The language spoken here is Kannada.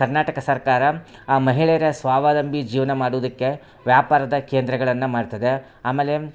ಕರ್ನಾಟಕ ಸರ್ಕಾರ ಆ ಮಹಿಳೆಯರ ಸ್ವಾವಲಂಭಿ ಜೀವನ ಮಾಡುವುದಕ್ಕೆ ವ್ಯಾಪಾರದ ಕೇಂದ್ರಗಳನ್ನು ಮಾಡ್ತದೆ ಆಮೇಲೆ